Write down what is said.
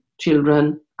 children